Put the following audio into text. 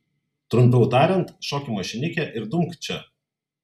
trumpiau tariant šok į mašinikę ir dumk čia